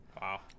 Wow